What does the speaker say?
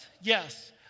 Yes